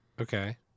Okay